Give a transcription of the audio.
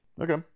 Okay